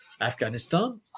Afghanistan